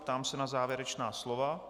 Ptám se na závěrečná slova.